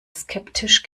skeptisch